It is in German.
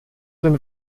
den